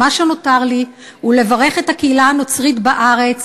ומה שנותר לי הוא לברך את הקהילה הנוצרית בארץ,